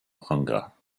hunger